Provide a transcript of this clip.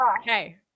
Okay